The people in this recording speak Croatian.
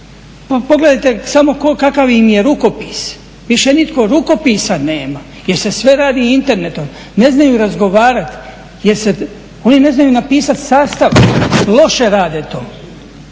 Pogledajte samo kakav im je rukopis. Više nitko rukopisa nema jer se sve radi internetom. Ne znaju razgovarati, oni ne znaju napisati sastavak, loše rade to.